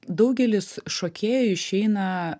daugelis šokėjų išeina